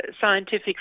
scientific